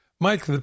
Mike